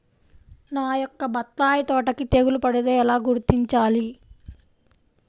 నా యొక్క బత్తాయి తోటకి తెగులు పడితే ఎలా గుర్తించాలి?